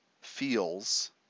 feels